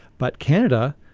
but canada,